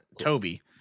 Toby